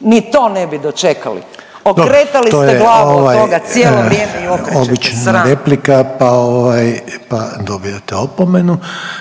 ni to ne bi dočekali. …/Upadica Reiner: Dobro to je …/… Okretali ste glavu od toga cijelo vrijeme i okrećete.